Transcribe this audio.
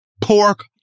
pork